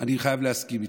אני חייב להסכים איתו.